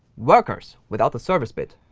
workers, without the service bit,